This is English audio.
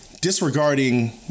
disregarding